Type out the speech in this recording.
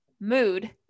mood